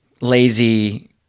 lazy